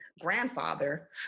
grandfather